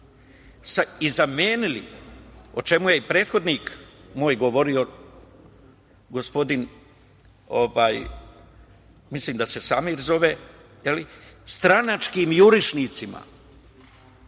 i zamenili, o čemu je i moj prethodnik govorio, gospodin, mislim da se Samir zove, stranačkim jurišnicima.